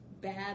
bad